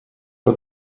but